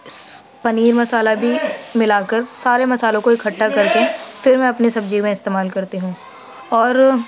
پنیر مسالہ بھی ملا کر سارے مسالوں کو ملا کر اکٹھا کر کے پھر میں اپنے سبزی میں استعمال کرتی ہوں اور